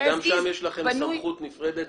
גם שם יש לכם סמכות נפרדת